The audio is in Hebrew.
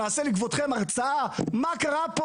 נעשה לכבודכם הרצאה מה קרה פה,